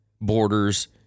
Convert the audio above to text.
borders